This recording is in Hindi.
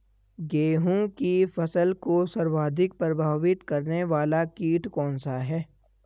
गेहूँ की फसल को सर्वाधिक प्रभावित करने वाला कीट कौनसा है?